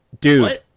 dude